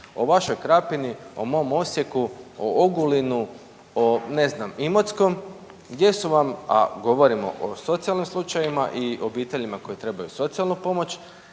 o vašoj Krapini, o mom Osijeku, o Ogulinu o ne znam Imotskom gdje su vam, a govorimo o socijalnim slučajevima i obiteljima koje trebaju socijalnu pomoć,